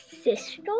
sister